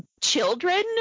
children